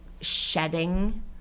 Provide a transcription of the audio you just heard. shedding